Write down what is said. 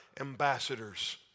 Ambassadors